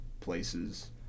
places